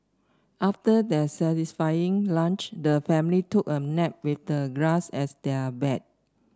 after their satisfying lunch the family took a nap with the grass as their bed